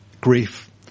grief